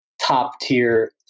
top-tier